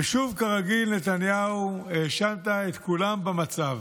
ושוב, כרגיל, נתניהו, האשמת את כולם במצב.